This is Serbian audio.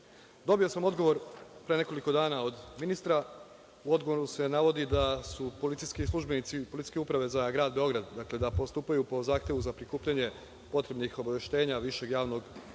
sam odgovor pre nekoliko dana od ministra. U odgovoru se navodi da policijski službenici Policijske uprave za grad Beograd postupaju po zahtevu za prikupljanje potrebnih obaveštenja Višeg javnog